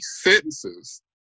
sentences